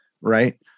right